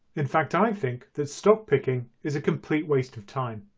in fact, i think that stock picking is a complete waste of time.